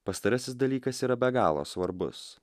pastarasis dalykas yra be galo svarbus